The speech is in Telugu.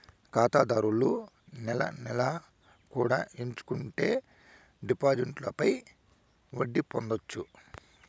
ఖాతాదారులు నెల నెలా కూడా ఎంచుకుంటే డిపాజిట్లపై వడ్డీ పొందొచ్చు